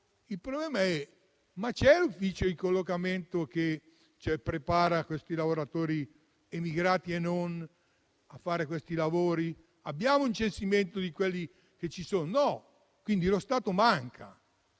Il problema è: c'è un ufficio di collocamento che prepara quei lavoratori (immigrati e non) a fare questi lavori? Abbiamo un censimento di quelli che ci sono? No, lo Stato manca.